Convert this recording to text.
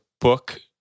book